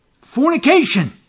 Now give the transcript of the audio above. Fornication